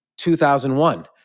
2001